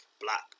black